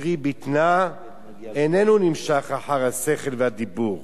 לפרי בטנה איננו נמשך אחר השכל והדיבור